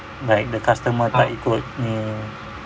like the customer tak ikut ni